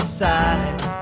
side